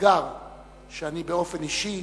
אתגר שאני, באופן אישי,